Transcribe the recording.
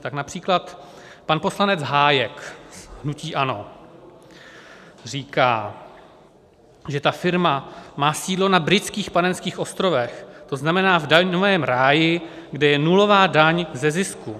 Tak například pan poslanec Hájek z hnutí ANO říká, že ta firma má sídlo na Britských Panenských ostrovech, tzn. v daňovém ráji, kde je nulová daň ze zisku.